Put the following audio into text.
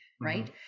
right